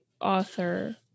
author